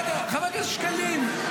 חבר הכנסת שקלים,